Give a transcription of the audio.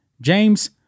James